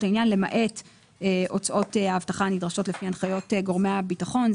העניין למעט הוצאות האבטחה הנדרשות לפי הנחיות גורמי הביטחון.